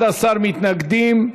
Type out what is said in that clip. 11 מתנגדים,